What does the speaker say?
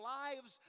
lives